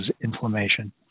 inflammation